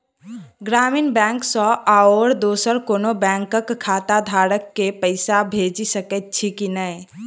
ग्रामीण बैंक सँ आओर दोसर कोनो बैंकक खाताधारक केँ पैसा भेजि सकैत छी की नै?